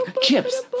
chips